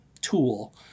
tool